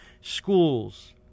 schools